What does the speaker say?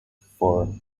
for